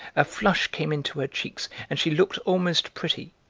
a flush came into her cheeks, and she looked almost pretty.